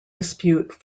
dispute